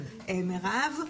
מירב,